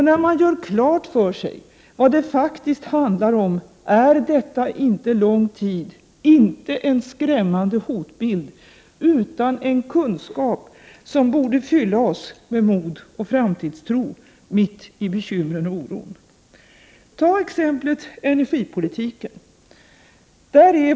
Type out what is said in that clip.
När man gör klart för sig vad det faktiskt handlar om är detta inte lång tid, inte en skrämmande hotbild, utan en kunskap som borde fylla oss med mod och med framtidstro mitt i bekymren och oron. Låt oss ta exemplet med energipolitiken.